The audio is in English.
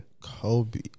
Kobe